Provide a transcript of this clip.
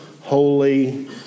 holy